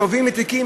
תובעים מתיקים.